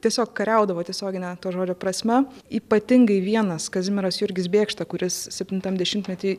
tiesiog kariaudavo tiesiogine to žodžio prasme ypatingai vienas kazimieras jurgis bėkšta kuris septintam dešimtmety